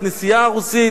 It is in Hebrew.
לכנסייה הרוסית